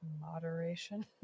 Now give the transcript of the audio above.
moderation